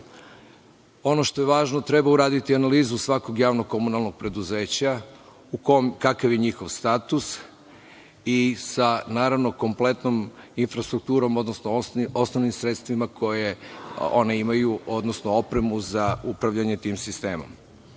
što je važno, treba uraditi analizu svakog javnog komunalnog preduzeća, kakav je njihov status i sa, naravno, kompletnom infrastrukturom, odnosno osnovnim sredstvima koja ona imaju, odnosno opremu za upravljanje tim sistemom.